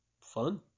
fun